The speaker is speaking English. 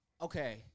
Okay